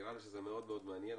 נראה לי שזה מאוד מאוד מעניין.